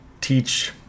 teach